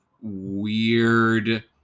weird